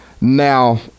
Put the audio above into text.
Now